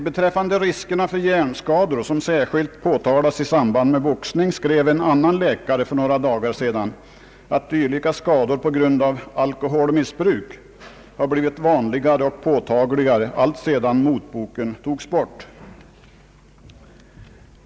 Beträffande riskerna för hjärnskador, som särskilt påtalas i samband med boxning, skrev en annan läkare för några dagar sedan att dylika skador på grund av alkoholmissbruk har blivit vanligare och påtagligare alltsedan motboken togs bort.